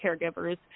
caregivers